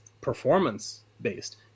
performance-based